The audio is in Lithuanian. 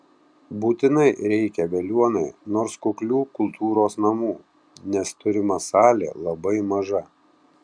būtinai reikia veliuonai nors kuklių kultūros namų nes turima salė labai maža